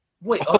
Wait